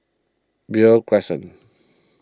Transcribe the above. Beo Crescent